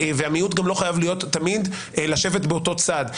המיעוט גם לא חייב תמיד לשבת באותו צד.